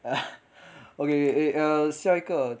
ha okay okay uh 下一个